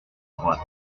droite